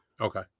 Okay